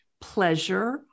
pleasure